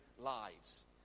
lives